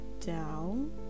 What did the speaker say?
down